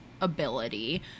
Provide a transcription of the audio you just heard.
ability